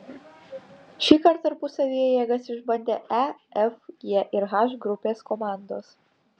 šįkart tarpusavyje jėgas išbandė e f g ir h grupės komandos